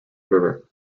river